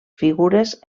figures